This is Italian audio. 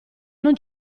non